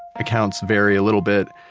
accounts vary a little bit.